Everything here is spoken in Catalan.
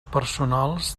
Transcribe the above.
personals